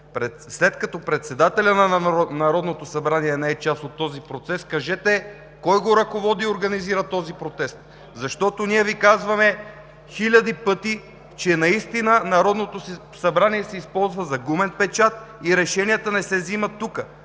След като председателят на Народното събрание не е част от този процес, кажете кой го ръководи и организира този протест?! Защото ние Ви казваме хиляди пъти, че наистина Народното събрание се използва за гумен печат и решенията не се вземат тук.